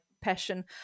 passion